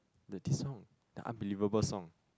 the this song the unbelievable song